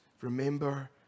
remember